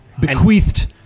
bequeathed